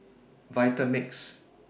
Vitamix